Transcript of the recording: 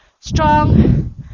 strong